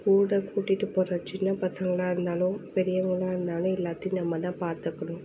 கூட கூட்டிகிட்டு போகிற சின்ன பசங்களாக இருந்தாலும் பெரியவங்களாக இருந்தாலும் எல்லாத்தையும் நம்ம தான் பார்த்துக்கணும்